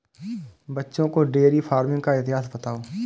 बच्चों को dairy farming का इतिहास बताओ